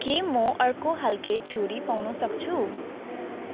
के म अर्को खालके छुरी पाउन सक्छु